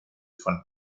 von